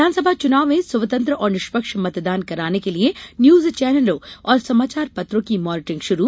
विधानसभा चुनाव में स्वतंत्र और निष्पक्ष मतदान कराने के लिए न्यूज चैनलों और समाचार पत्रों की मॉनीटरिंग शुरू